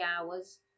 hours